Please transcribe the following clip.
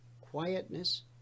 quietness